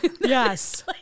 Yes